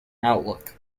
outlook